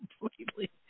completely